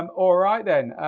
and alright then,